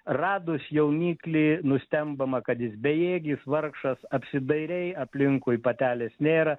radus jauniklį nustembama kad jis bejėgis vargšas apsidairei aplinkui patelės nėra